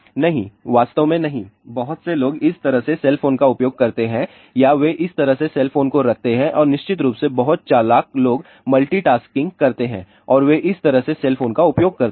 नहीं वास्तव में नहीं बहुत से लोग इस तरह से सेल फोन का उपयोग करते हैं या वे इस तरह सेल फोन रखते हैं और निश्चित रूप से बहुत चालाक लोग मल्टीटास्किंग करते हैं और वे इस तरह सेल फोन का उपयोग करते हैं